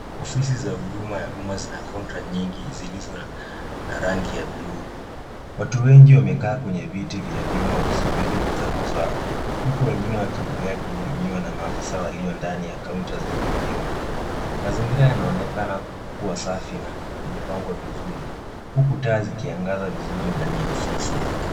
Ofisi za huduma ya umma zina kaunta nyingi zilizo na rangi ya bluu. Watu wengi wamekaa kwenye viti vya vyuma wakisubiri zamu zao, huku wengine wakiendelea kuhudumiwa na maafisa walio ndani ya kaunta zenye vioo. Mazingira yanaonekana kuwa safi na yamepangwa vizuri, huku taa zikiangaza vizuri ndani ya ofisi.